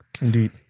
Indeed